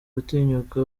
gutinyuka